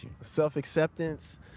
Self-acceptance